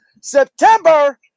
September